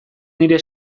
nire